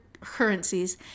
currencies